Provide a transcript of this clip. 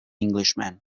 englishman